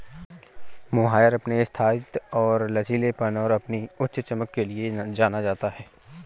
mohair अपने स्थायित्व और लचीलेपन और अपनी उच्च चमक के लिए जाना जाता है